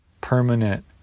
permanent